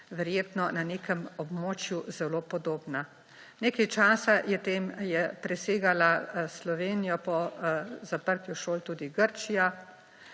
verjetno na nekem območju zelo podobna. Nekaj časa je presegala Slovenijo po zaprtju šol tudi Grčija,